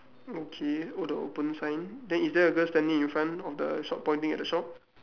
okay all the open sign then is there a girl standing in front of the shop pointing at the shop